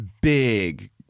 big